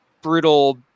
brutal